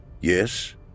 Yes